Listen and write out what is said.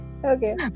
Okay